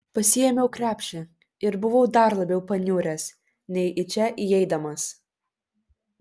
pasiėmiau krepšį ir buvau dar labiau paniuręs nei į čia įeidamas